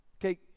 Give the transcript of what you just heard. Okay